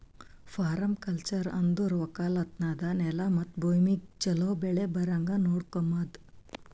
permaculture ಅಂದುರ್ ಒಕ್ಕಲತನದ್ ನೆಲ ಮತ್ತ ಭೂಮಿಗ್ ಛಲೋ ಬೆಳಿ ಬರಂಗ್ ನೊಡಕೋಮದ್